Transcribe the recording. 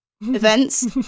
events